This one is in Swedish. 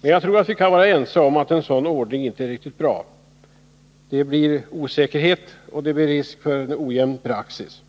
Men jag tror att vi kan vara ense om att en sådan ordning inte är riktigt bra — det blir osäkerhet, och det blir risk för ojämn praxis.